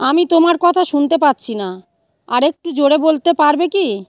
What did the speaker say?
আমি তোমার কথা শুনতে পাচ্ছি না আরেকটু জোরে বলতে পারবে কি